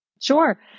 sure